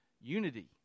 unity